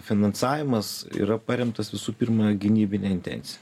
finansavimas yra paremtas visų pirma gynybine intencija